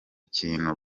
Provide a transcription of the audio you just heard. kintu